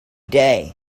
day